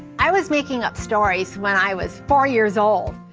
i was making up stories when i was four years old.